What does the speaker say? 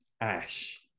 ash